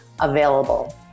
available